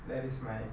that is my